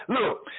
Look